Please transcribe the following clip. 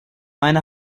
meine